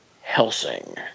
Helsing